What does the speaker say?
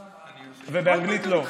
מותר, ובאנגלית לא.